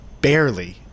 barely